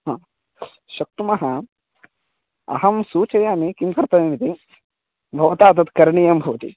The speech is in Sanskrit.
हा शक्नुमः अहं सूचयामि किं कर्तव्यम् इति भवता तत् करणीयं भवति